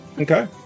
Okay